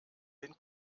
den